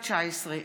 פ/119/23,